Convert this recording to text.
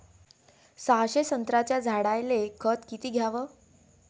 सहाशे संत्र्याच्या झाडायले खत किती घ्याव?